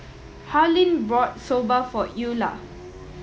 Harlen bought Soba for Eula